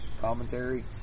Commentary